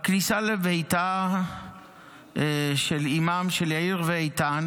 בכניסה לביתה של אימם של יאיר ואיתן